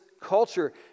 culture